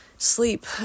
sleep